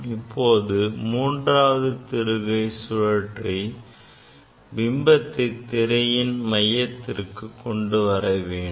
இப்போது மூன்றாவது திருகை சுழற்றி பிம்பத்தை திரையின் மையத்திற்கு கொண்டு வர வேண்டும்